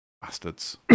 Bastards